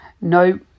no